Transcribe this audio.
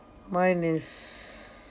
mine is